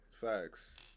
facts